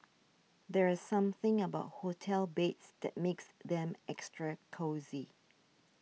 there's something about hotel beds that makes them extra cosy